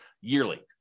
yearly